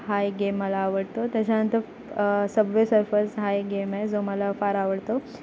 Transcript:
हा एक गेम मला आवडतो त्याच्यानंतर सबवे सर्फर्स हा एक गेम आहे जो मला फार आवडतो